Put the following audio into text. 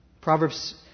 Proverbs